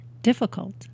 difficult